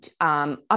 up